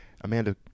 Amanda